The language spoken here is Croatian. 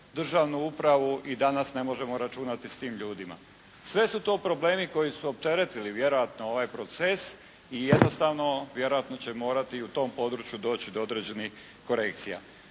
državnu upravu i danas ne možemo računati s tim ljudima. Sve su to problemi koji su opteretili vjerojatno ovaj proces i jednostavno vjerojatno će morati i u tom području doći do određenih korekcija.